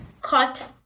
Cut